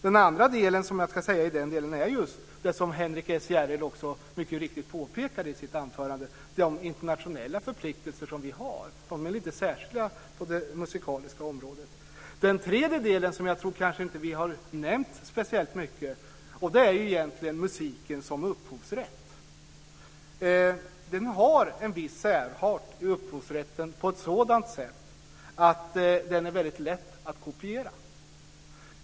Det andra i den delen är just det som Henrik S Järrel också mycket riktigt påpekade i sitt anförande, de internationella förpliktelser som vi har. De är lite särskilda på det musikaliska området. Den tredje delen, som jag tror att vi inte har nämnt särskilt mycket, är musiken som upphovsrätt. Den har en viss särart i upphovsrätten på sådant sätt att den är väldigt lätt att kopiera.